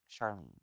Charlene